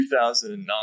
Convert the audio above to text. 2009